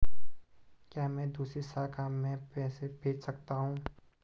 क्या मैं दूसरी शाखा में पैसे भेज सकता हूँ?